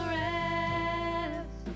rest